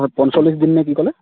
হয় পঞ্চল্লিছ দিন নে কি কলে